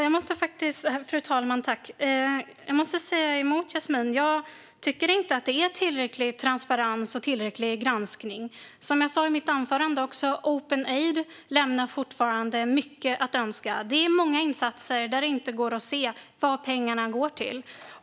Fru talman! Jag måste säga emot Yasmine. Jag tycker inte att det är tillräcklig transparens och granskning. Som jag sa i mitt anförande lämnar Openaid fortfarande mycket att önska. Där är det många insatser där det inte går att se vad pengarna går till.